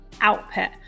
output